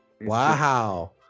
Wow